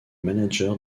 manager